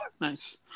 Nice